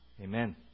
Amen